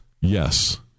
Yes